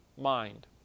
mind